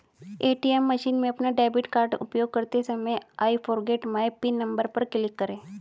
ATM machine में अपना debit card उपयोग करते समय I forget my PIN number पर क्लिक करें